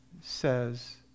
says